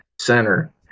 center